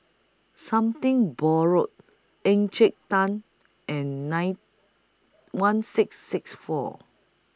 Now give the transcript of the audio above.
Something Borrowed Encik Tan and nine one six six four